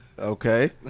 Okay